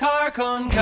Carcon